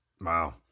Wow